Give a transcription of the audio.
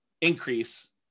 increase